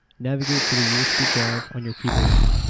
navigate to the usb drive on your keyboard.